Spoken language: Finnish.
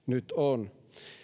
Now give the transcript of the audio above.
nyt on